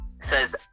says